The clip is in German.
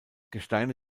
gesteine